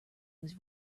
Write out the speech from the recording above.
was